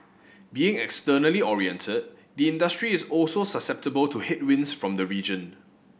being externally oriented the industry is also susceptible to headwinds from the region